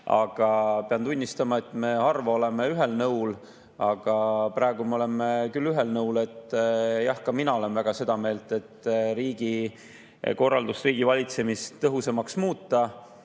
Aga pean tunnistama – me harva oleme ühel nõul, aga praegu me oleme küll ühel nõul –, et jah, ka mina olen väga seda meelt, et tuleks riigikorraldust, riigivalitsemist tõhusamaks muuta.